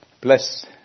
Bless